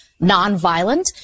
nonviolent